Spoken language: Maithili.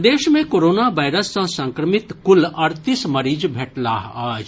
प्रदेश मे कोरोना वायरस सॅ संक्रमित कुल अड़तीस मरीज भेटलाह अछि